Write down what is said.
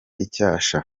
icyasha